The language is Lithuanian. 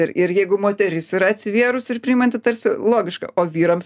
ir ir jeigu moteris yra atsivėrusi ir priimanti tarsi logiška o vyrams